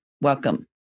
Welcome